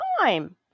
time